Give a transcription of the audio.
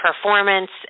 performance